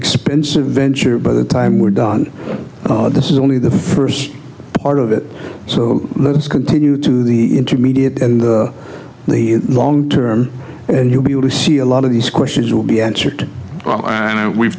expensive venture by the time we're done this is only the first part of it so let's continue to the intermediate and the long term and you'll be able to see a lot of these questions will be answered we've